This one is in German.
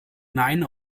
nein